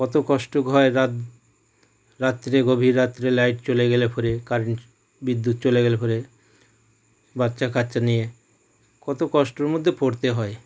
কত কষ্ট হয় রাত রাত্রে গভীর রাত্রে লাইট চলে গেলে পরে কারেন্ট চ বিদ্যুৎ চলে গেলে পরে বাচ্চা কাচ্চা নিয়ে কত কষ্টর মধ্যে পড়তে হয়